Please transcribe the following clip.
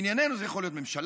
לענייננו, זה יכול להיות ממשלה,